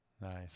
Nice